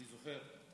אני זוכר.